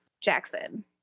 Jackson